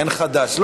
אין חדש.